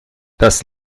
das